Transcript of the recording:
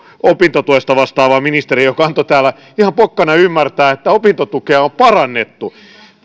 opintotuesta vastaavaa ministeriä joka antoi täällä ihan pokkana ymmärtää että opintotukea on parannettu